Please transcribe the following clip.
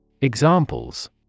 Examples